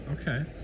okay